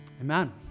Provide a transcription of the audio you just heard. Amen